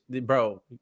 bro